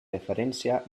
referència